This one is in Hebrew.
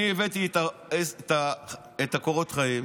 אני הבאתי את קורות החיים